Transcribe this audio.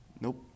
Nope